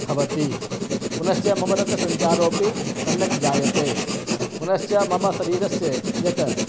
भवति पुनश्च मम रक्तसञ्चारोपि सम्यक् जायते पुनश्च मम शरीरस्य यत्